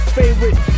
favorite